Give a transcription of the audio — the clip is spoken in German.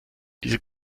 diese